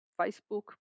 facebook